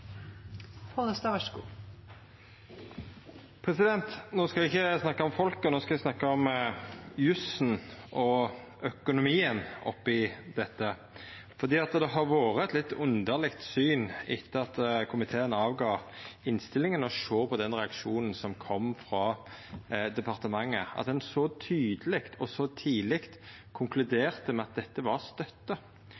No skal eg ikkje snakka om folka, no skal eg snakka om jussen og økonomien oppi dette. Det har vore eit litt underleg syn å sjå på den reaksjonen som kom frå departementet etter at komiteen kom med innstillinga, at ein så tydeleg og så tidleg